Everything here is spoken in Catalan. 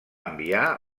enviar